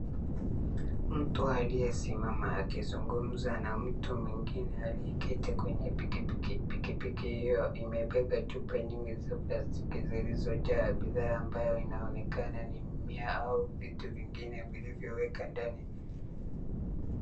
Mtu aliyesimama akizungumza na mtu mwingine aliyeketi kwenye pikipiki, pikipiki hiyo imebeba chupa nyingi za plastiki zilizojaa bidhaa ambayo inaonekana ni mmea au vitu vingine vilivyowekwa ndani.